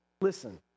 Listen